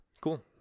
cool